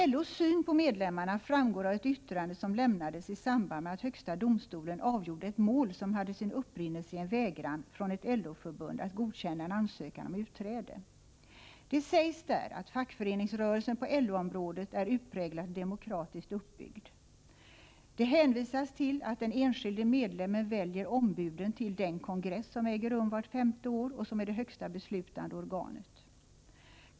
LO:s syn på medlemmarna framgår av ett yttrande som lämnades i samband med att högsta domstolen avgjorde ett mål som hade sin upprinnelsei en vägran från ett LO-förbund att godkänna en ansökan om utträde. Det sägs där att fackföreningsrörelsen på LO-området är utpräglat demokratiskt uppbyggd. Det hänvisas till att den enskilde medlemmen väljer ombuden till den kongress som äger rum vart femte år och som är det högsta beslutande organet.